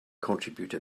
contribute